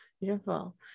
Beautiful